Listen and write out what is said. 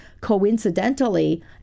coincidentally